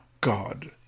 God